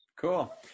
Cool